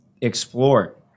explore